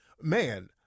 man